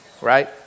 right